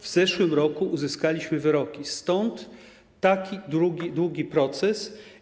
W zeszłym roku uzyskaliśmy wyroki, stąd tak długi proces.